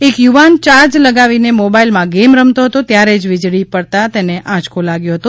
એક યુવાન ચાર્જ લગાવીને મોબાઈલમાં ગેમ રમતો હતો ત્યારે જ વીજળી પડતા તેના આંચકો લાગ્યો હતો